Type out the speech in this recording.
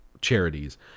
charities